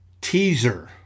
teaser